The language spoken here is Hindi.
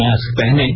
मास्क पहनें